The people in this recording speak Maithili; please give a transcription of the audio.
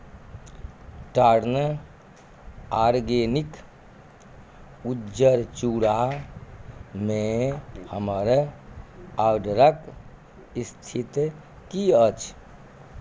टर्न आर्गेनिक उज्जर चूरामे हमर ऑर्डरक स्थिति की अछि